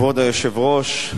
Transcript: כבוד היושב-ראש,